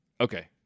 Okay